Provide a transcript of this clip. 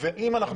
ואם אנחנו